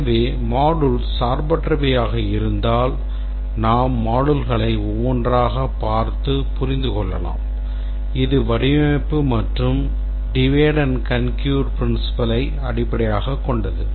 எனவே modules சார்பற்றவை ஆக இருந்தால் நாம் moduleகளை ஒவ்வொன்றாகப் பார்த்து புரிந்து கொள்ளலாம் இது வடிவமைப்பு மற்றும் divide and conquer principle அடிப்படையாகக் கொண்டது